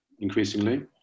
Increasingly